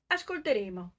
Ascolteremo